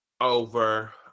over